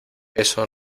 eso